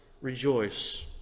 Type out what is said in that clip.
rejoice